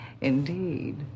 Indeed